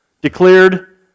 Declared